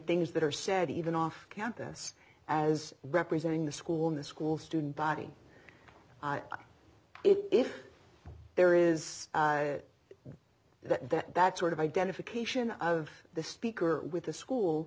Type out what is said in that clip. things that are said even off campus as representing the school in the school student body if there is that that that sort of identification of the speaker with the school